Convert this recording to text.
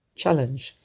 challenge